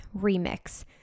remix